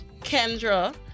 Kendra